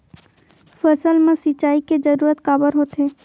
फसल मा सिंचाई के जरूरत काबर होथे?